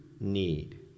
need